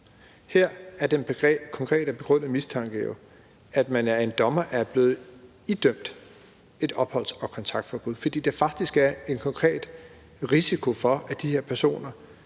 Her er den konkrete og begrundede mistanke jo, at den her person af en dommer er blevet idømt et opholds- og kontaktforbud, fordi der faktisk er en konkret risiko for, at vedkommende